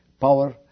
power